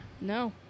No